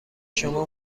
شما